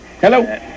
Hello